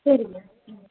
சரிங்க ம்